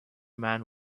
man